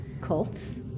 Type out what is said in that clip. cults